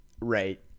right